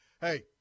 hey